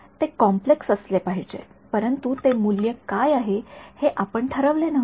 ते कॉम्प्लेक्सअसले पाहिजे परंतु ते मूल्य काय आहे हे आपण ठरवले नव्हते